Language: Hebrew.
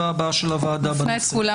הוזכר.